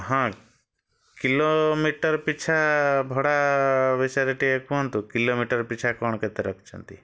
ହଁ କିଲୋମିଟର୍ ପିଛା ଭଡ଼ା ବିଷୟରେ ଟିକେ କୁହନ୍ତୁ କିଲୋମିଟର୍ ପିଛା କ'ଣ କେତେ ରଖିଛନ୍ତି